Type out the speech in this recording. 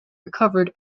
recovered